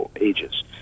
ages